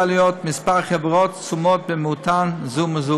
להיות מספר חברות השונות במהותן זו מזו.